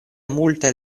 multaj